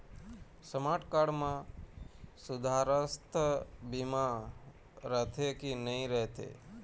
Smart card म सुवास्थ बीमा रथे की नई रहे?